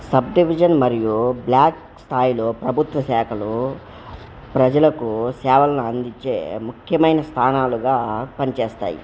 sub division మరియు block స్థాయిలో ప్రభుత్వ శాఖలు ప్రజలకు సేవలను అందించే ముఖ్యమైన స్థానాలుగా పనిచేస్తాయి